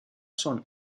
son